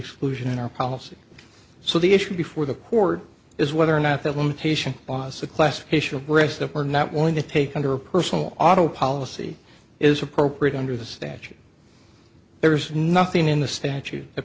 exclusion in our policy so the issue before the court is whether or not that limitation was the classification of words that were not willing to take under a personal auto policy is appropriate under the statute there is nothing in the statute that